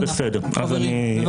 אנא חברים.